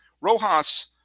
Rojas –